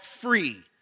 free